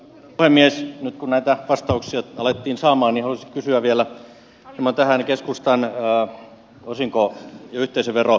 nyt kun näitä vastauksia alettiin saamaan niin haluaisin kysyä vielä keskustan osinko ja yhteisöverokannasta